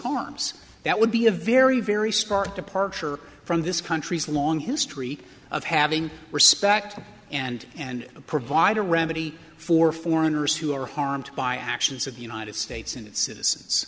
harms that would be a very very stark departure from this country's long history of having respect and and provide a remedy for foreigners who are harmed by actions of the united states